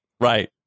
right